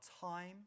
time